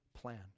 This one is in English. plan